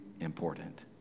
important